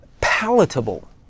palatable